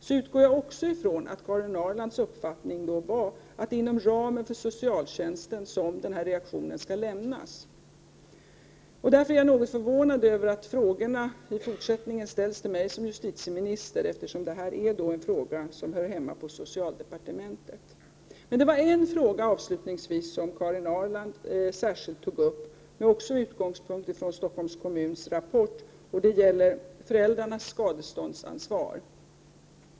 Jag utgår också från att Karin Ahrlands uppfattning är att det är inom ramen för socialtjänsten som den reaktionen skall lämnas. Jag är därför något förvånad över att frågorna fortfarande ställs till mig som justitieminister, eftersom detta är en fråga som hör hemma på socialdepartementet. En fråga som Karin Ahrland särskilt tog upp och som också har utgångspunkt i rapporten från Stockholms kommun gäller föräldrarnas skadeståndsansvar.